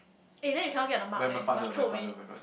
eh then you cannot get the mark leh must throw away